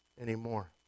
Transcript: anymore